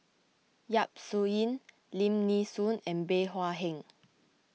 Yap Su Yin Lim Nee Soon and Bey Hua Heng